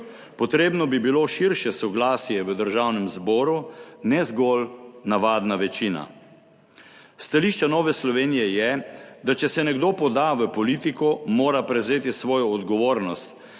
potrebno bi bilo širše soglasje v Državnem zboru, ne zgolj navadna večina." Stališče Nove Slovenije je, da če se nekdo poda v politiko, mora prevzeti svojo odgovornost,